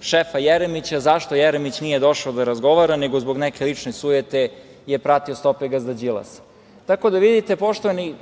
šefa Jeremića zašto Jeremić nije došao da razgovara, nego zbog neke lične sujete je pratio stope gazda Đilasa. Poštovani